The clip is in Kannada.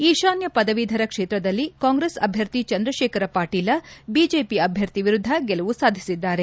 ಈಶಾನ್ಯ ಪದವೀದರ ಕ್ಷೇತ್ರದಲ್ಲಿ ಕಾಂಗ್ರೆಸ್ ಅಭ್ಯರ್ಥಿ ಚಂದ್ರ ಶೇಖರ ಪಾಟೀಲ ಬಿಜೆಪಿ ಅಭ್ಯರ್ಥಿ ವಿರುದ್ದ ಗೆಲುವು ಸಾಧಿಸಿದ್ದಾರೆ